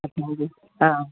हा